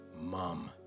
mom